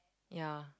ya